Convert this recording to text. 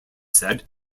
said